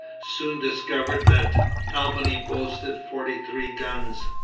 soon discovered that albany boasted forty-three guns.